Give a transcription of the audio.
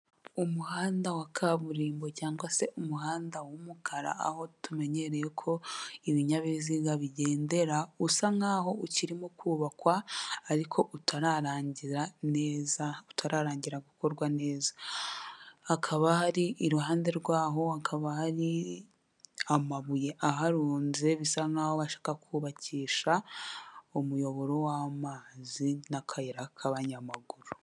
Umuhanda wa kaburimbo cyangwa se umuhanda w'umukara aho tumenyereyeko ibinyabiziga bigendera usa nk'aho ukirimo kubakwa ariko utararangira neza ,utararangira gukorwa neza hakaba hari iruhande rwaho hakaba hari amabuye aharunze bisa nk'aho bashaka kubakisha umuyoboro w'amazi n'akayira k'abanyamaguru.